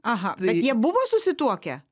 aha bet jie buvo susituokę